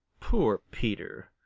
poor peter!